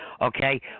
okay